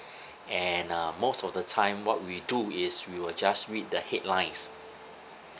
and uh most of the time what we do is we will just read the headlines